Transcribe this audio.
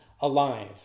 alive